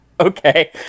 Okay